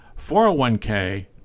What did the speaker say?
401k